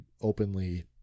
openly